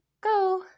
go